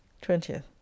Twentieth